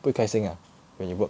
不开心 ah when you work